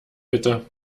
bitte